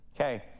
Okay